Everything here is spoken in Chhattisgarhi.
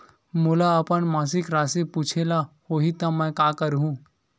मोला अपन मासिक राशि पूछे ल होही त मैं का करहु?